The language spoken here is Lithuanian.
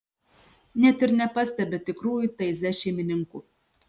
net ir nepastebi tikrųjų taize šeimininkų